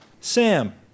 Sam